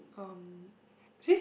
um